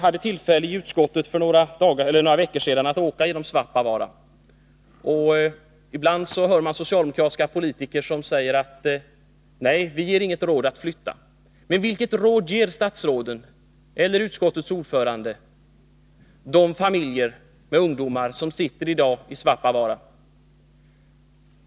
Arbetsmarknadsutskottet hade för några veckor sedan tillfälle att besöka Svappavaara, och man hörde ibland socialdemokratiska politiker säga att de inte gav folket där uppe rådet att flytta. Men vilket råd ger statsråden eller utskottets ordförande familjerna i Svappavaara?